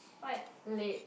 quite late